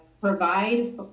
provide